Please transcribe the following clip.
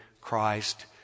Christ